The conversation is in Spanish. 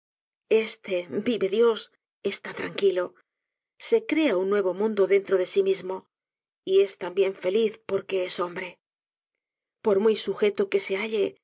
este vive dios está tranquilo se crea un nuevo mundo dentro de sí mismo y es también feliz porque es hombre por muy sujeto que se halle